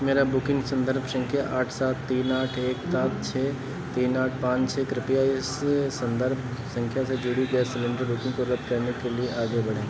मेरा बुकिंग संदर्भ संख्या आठ सात तीन आठ एक सात छः तीन आठ पाँच छः कृप्या इस संदर्भ संख्या से जुड़ी गैस सिलेंडर बुकिंग को रद्द करने के लिए आगे बढ़ें